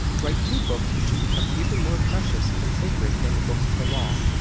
write two books which should become even more precious and sacred than the books of the law,